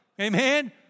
Amen